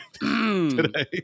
today